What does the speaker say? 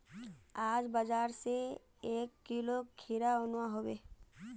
आज बाजार स एक किलो खीरा अनवा हबे